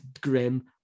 grim